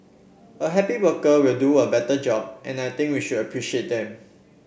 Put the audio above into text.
a happy worker will do a better job and I think we should appreciate them